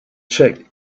check